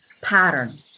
pattern